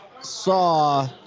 saw